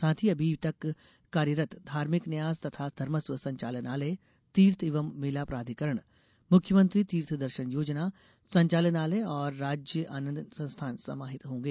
साथ ही अभी तक कार्यरत धार्मिक न्यास तथा धर्मस्व संचालनालय तीर्थ एवं मेला प्राधिकरण मुख्यमंत्री तीर्थ दर्शन योजना संचालनालय और राज्य आनंद संस्थान समाहित होंगे